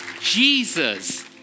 Jesus